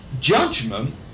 judgment